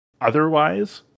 otherwise